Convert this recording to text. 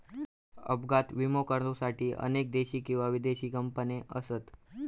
अपघात विमो करुसाठी अनेक देशी किंवा विदेशी कंपने असत